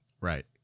Right